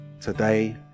today